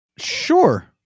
Sure